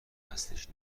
هستش